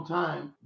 time